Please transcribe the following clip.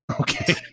Okay